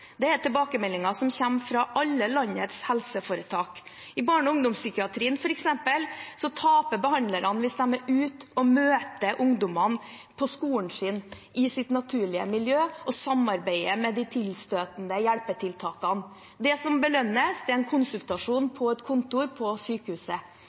Det er tilbakemeldinger som kommer fra alle landets helseforetak. I barne- og ungdomspsykiatrien f.eks. taper behandlerne hvis de er ute og møter ungdommene på skolen, i deres naturlige miljø, og samarbeider med de tilstøtende hjelpetiltakene. Det som belønnes, er en